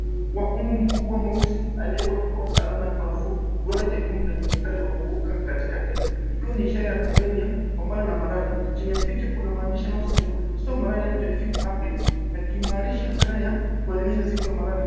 Wa mbu mkubwa mweusi aliyewekwa alama za marufuku duara nyekundu yenye mstari wa kuvuka katikati ikiwa ni ishara ya kupambana na malaria ,nchini ya picha kuna maandishi yanayosema 'stop malaria 25th April' yakimarisha tarehe ya kuadhimisha siku ya malaria .